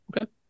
Okay